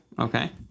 Okay